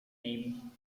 name